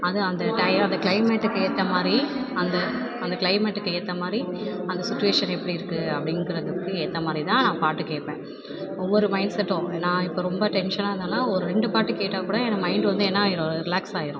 அது அந்த டைம் அந்த க்ளைமேட்டுக்கு ஏற்றமாரி அந்த அந்த க்ளைமேட்டுக்கு ஏற்றமாரி அந்த சுச்சிவேஷன் எப்படி இருக்குது அப்படிங்கிறதுக்கு ஏற்றமாரிதான் நான் பாட்டு கேட்பேன் ஒவ்வொரு மைண்ட்செட்டும் நான் இப்போ ரொம்ப டென்ஷனாக இருந்தேனா ஒரு ரெண்டு பாட்டு கேட்டாக்கூட எனக்கு மைண்ட் வந்து என்னாகிரும் ரிலாக்ஸாகிரும்